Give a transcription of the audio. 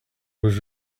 was